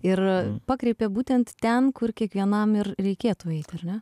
ir pakreipė būtent ten kur kiekvienam ir reikėtų eiti ar ne